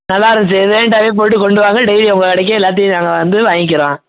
நல்லாயிருந்துச்சி இதே டைப் போட்டு கொண்டு வாங்க டெய்லியும் உங்கள் கடைக்கே எல்லாத்தையும் நாங்கள் வந்து வாங்கிக்கிறோம்